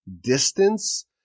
distance